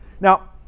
Now